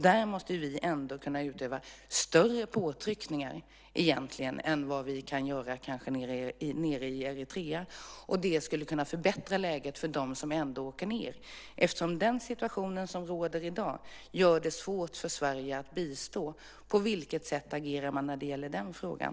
Där måste vi kunna utöva större påtryckningar än vad vi kan göra nere i Eritrea. Det skulle kunna förbättra läget för dem som ändå åker dit. Den situation som råder i dag gör det svårt för Sverige att bistå. På vilket sätt agerar man när det gäller den frågan?